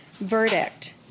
verdict